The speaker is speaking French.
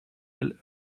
elles